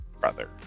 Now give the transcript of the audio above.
brother